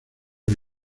que